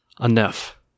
Enough